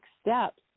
steps